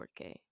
4K